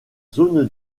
zone